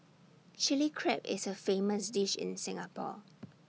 Chilli Crab is A famous dish in Singapore